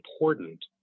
important